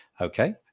Okay